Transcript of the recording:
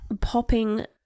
popping